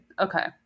okay